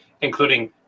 including